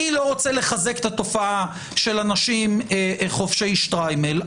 אני לא רוצה לחזק את התופעה של אנשים חובשי שטריימל,